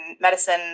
medicine